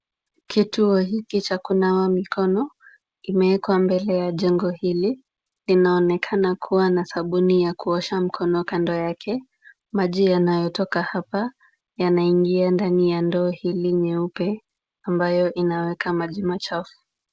Kituo hiki cha kunawa mikono kimewekwa mbele ya jengo hili. Linaonekana kuwa na sabuni ya kuosha mikono kando yake. Maji yanayotoka hapa yanaingia ndani ya ndoo hii nyeupe ambayo inaweka maji machafu.